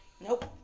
Nope